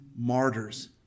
martyrs